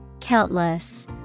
Countless